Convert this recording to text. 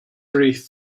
wreath